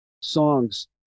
songs